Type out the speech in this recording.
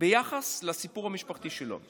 ביחס לסיפור המשפחתי שלו.